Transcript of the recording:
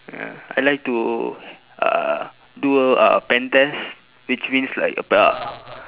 ya I like to uh do a pen test which means like uh